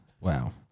wow